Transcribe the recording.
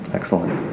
Excellent